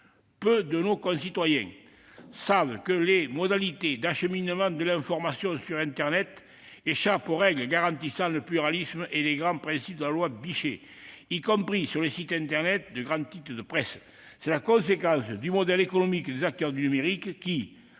Peu de nos concitoyens le savent : les modalités d'acheminement de l'information sur internet échappent aux règles garantissant le pluralisme et les grands principes de la loi Bichet, y compris sur les sites internet de grands titres de presse. C'est la conséquence du modèle économique adopté par les acteurs du numérique, qui,